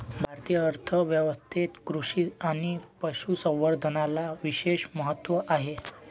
भारतीय अर्थ व्यवस्थेत कृषी आणि पशु संवर्धनाला विशेष महत्त्व आहे